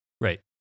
Right